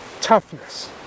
Toughness